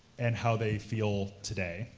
and how they feel today.